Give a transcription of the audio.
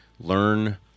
learn